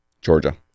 Georgia